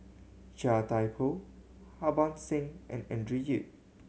Chia Thye Poh Harban Singh and Andrew Yip